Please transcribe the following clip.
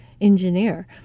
engineer